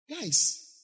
Guys